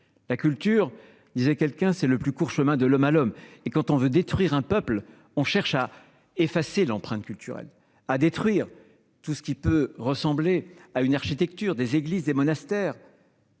la culture est le plus court chemin de l'homme à l'homme. Quand on veut détruire un peuple, on cherche à effacer son empreinte culturelle, à détruire tout ce qui peut ressembler à une architecture- des églises, des monastères